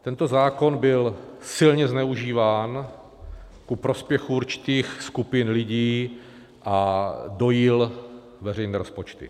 Tento zákon byl silně zneužíván ku prospěchu určitých skupin lidí a dojil veřejné rozpočty.